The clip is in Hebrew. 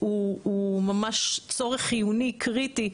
הוא ממש צורך חיוני קריטי,